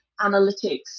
analytics